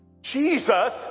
jesus